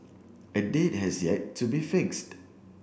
a date has yet to be fixed